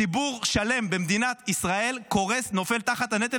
ציבור שלם במדינת ישראל קורס, נופל תחת הנטל.